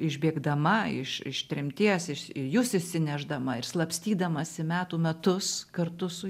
išbėgdama iš iš tremties iš jus išsinešdama ir slapstydamasi metų metus kartu su